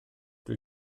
dwi